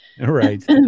right